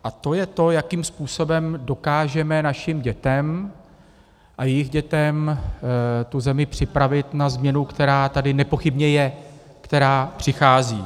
A to je to, jakým způsobem dokážeme našim dětem a jejich dětem tu zemi připravit na změnu, která tady nepochybně je, která přichází.